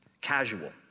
casual